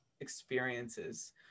experiences